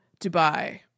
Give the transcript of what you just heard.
Dubai